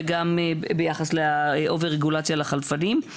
וגם ביחס לעודף רגולציה לחלפנים.